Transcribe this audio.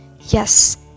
Yes